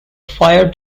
fire